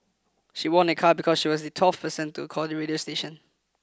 she won a car because she was the twelfth person to call the radio station